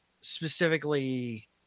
specifically